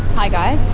hi guys,